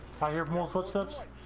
fire more for such